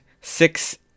six